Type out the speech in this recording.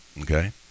okay